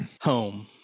home